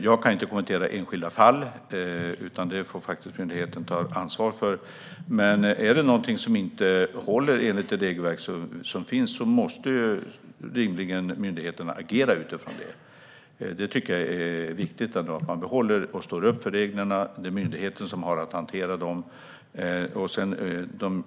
Jag kan inte kommentera enskilda fall - de får myndigheten ta ansvar för - men om det är något som inte håller enligt det regelverk som finns måste myndigheterna rimligen agera utifrån det. Jag tycker att det är viktigt att man behåller och står upp för reglerna. Det är myndigheten som har att hantera dem.